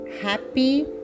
happy